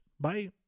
Bye